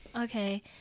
okay